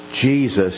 Jesus